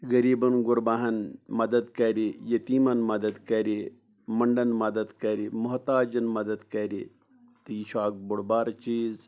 غریٖبَن غُرباہَن مَدد کَرِ یَتیٖمَن مَدد کَرِ مَنڈَن مَدد کَرِ مَحتاجَن مَدد کَرِ تہٕ یہِ چھُ اَکھ بوٚڈ بار چیٖز